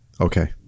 Okay